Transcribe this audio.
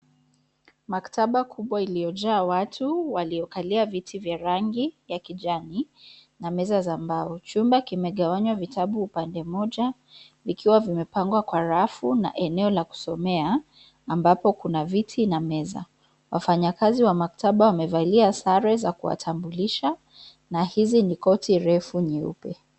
Maktaba kubwa iliyojaa watu waliokalia viti vya rangi ya kijani na meza za mbao. Chumba kimegawanywa vitabu upande mmoja, vikiwa vimepangwa kwa rafu, na eneo la kusomea, ambapo kuna viti na meza. Wafanyakazi wa maktabani wamevalia sare za kuwatambulisha, na hizi ni koti refu nyeupe.